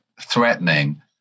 threatening